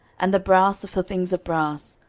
and the brass for things of brass,